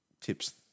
tips